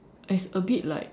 it's a bit like